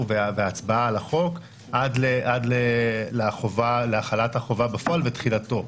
וההצבעה על החוק עד להחלת החובה בפועל ותחילתו.